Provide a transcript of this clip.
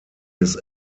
his